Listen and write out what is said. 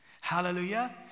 Hallelujah